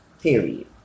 Period